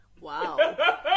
Wow